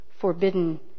forbidden